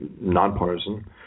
nonpartisan